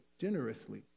Generously